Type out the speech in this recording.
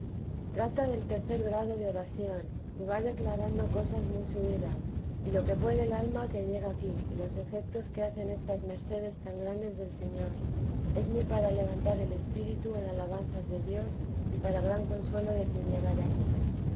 trata del tercer grado de oración y va declarando cosas muy subidas y lo que puede el alma que llega aquí y los efectos que hacen estas mercedes tan grandes del señor es muy para levantar el espíritu en alabanzas de dios y para gran consuelo de quien llegare aquí